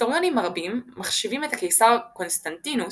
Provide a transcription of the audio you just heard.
היסטוריונים רבים מחשיבים את הקיסר קונסטנטינוס,